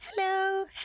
hello